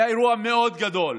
היה אירוע מאוד גדול.